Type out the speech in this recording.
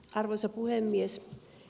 arvoisa puhemies